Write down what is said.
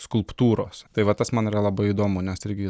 skulptūros tai va tas man yra labai įdomu nes irgi